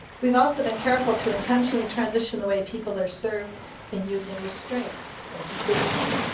we've also been careful to intentionally transition the way people are served in using restraints and seclusion.